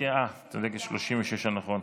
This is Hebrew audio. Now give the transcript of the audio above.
את צודקת, 36, נכון.